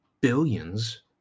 billions